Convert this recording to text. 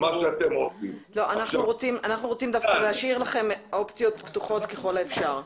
אנחנו רוצים דווקא להשאיר לכם אופציות פתוחות ככל האפשר.